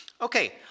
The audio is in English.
Okay